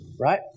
right